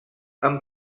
amb